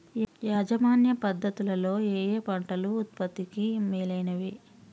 యాజమాన్య పద్ధతు లలో ఏయే పంటలు ఉత్పత్తికి మేలైనవి?